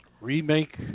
remake